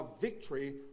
victory